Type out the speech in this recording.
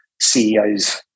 CEOs